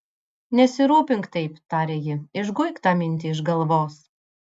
nesirūpink taip tarė ji išguik tą mintį iš galvos